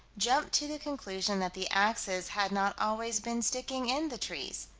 jumped to the conclusion that the axes had not always been sticking in the trees.